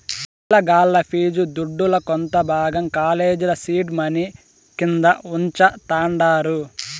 పిలగాల్ల ఫీజు దుడ్డుల కొంత భాగం కాలేజీల సీడ్ మనీ కింద వుంచతండారు